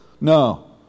No